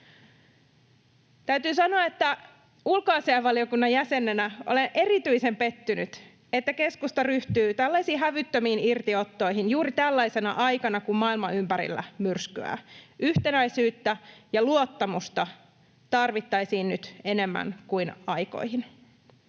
ulkoasiainvaliokunnan jäsenenä olen erityisen pettynyt, että keskusta ryhtyy tällaisiin hävyttömiin irtiottoihin juuri tällaisena aikana, kun maailma ympärillä myrskyää. Yhtenäisyyttä ja luottamusta tarvittaisiin nyt enemmän kuin aikoihin.